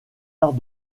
arts